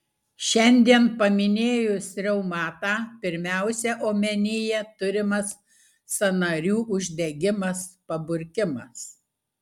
šiandien paminėjus reumatą pirmiausia omenyje turimas sąnarių uždegimas paburkimas